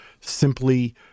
simply